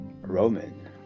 Roman